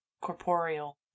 corporeal